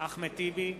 אחמד טיבי,